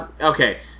Okay